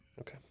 Okay